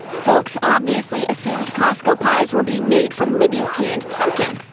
folks obviously assumed costco pies were being made from libby's canned pumpkin.